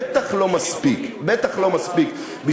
בטוח לא מספיק בשבילכם,